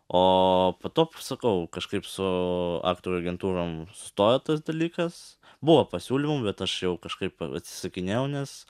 o po to sakau kažkaip su aktorių agentūrom sustojo tas dalykas buvo pasiūlymų bet aš jau kažkaip atsisakinėjau nes